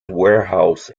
warehouse